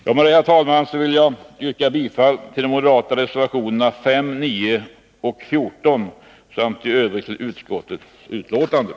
Med detta, herr talman, yrkar jag bifall till de moderata reservationerna nr 5, 9 och 14 samt i övrigt till utskottets hemställan.